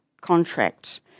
contracts